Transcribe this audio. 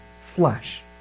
flesh